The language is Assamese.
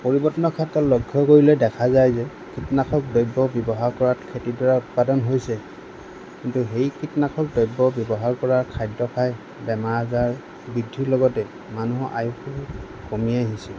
পৰিৱৰ্তনৰ ক্ষেত্ৰত লক্ষ্য কৰিলে দেখা যায় যে কীটনাশক দ্ৰব্য ব্যৱহাৰ কৰাত খেতিডৰাত উৎপাদন হৈছে কিন্তু সেই কীটনাশক দ্ৰব্য ব্যৱহাৰ কৰা খাদ্য খাই বেমাৰ আজাৰ বৃদ্ধিৰ লগতে মানুহৰ আয়ুসো কমি আহিছে